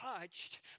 touched